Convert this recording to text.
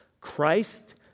Christ